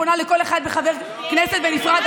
אני פונה לכל אחד מחברי הכנסת בנפרד.